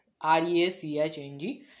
R-E-A-C-H-N-G